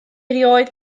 erioed